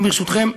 ברשותכם,